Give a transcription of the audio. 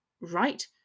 right